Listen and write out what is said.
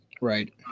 Right